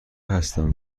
هستم